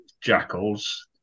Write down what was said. jackals